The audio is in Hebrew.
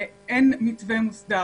אין מתווה מוסדר.